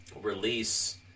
release